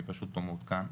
אני פשוט לא מעודכן,